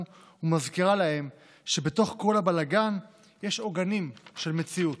ומזכירה להם שבתוך כל הבלגן יש עוגנים של מציאות.